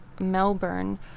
melbourne